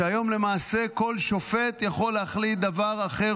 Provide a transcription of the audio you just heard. שהיום למעשה כל שופט יכול להחליט דבר אחר,